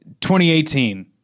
2018